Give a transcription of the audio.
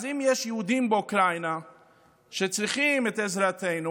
אם יש יהודים באוקראינה שצריכים את עזרתנו,